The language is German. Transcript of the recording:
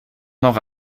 noch